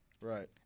Right